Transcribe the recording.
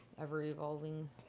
ever-evolving